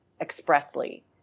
expressly